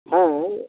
ᱦᱮᱸ ᱦᱮᱸ